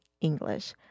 English